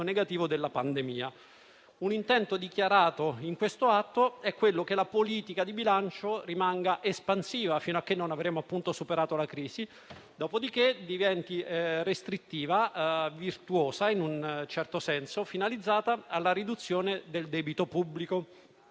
negativo della pandemia. Un intento dichiarato in questo atto è che la politica di bilancio rimanga espansiva fino a quando non avremo superato la crisi e che dopo diventi restrittiva in maniera virtuosa, nel senso di essere finalizzata alla riduzione del debito pubblico.